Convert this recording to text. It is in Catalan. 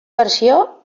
versió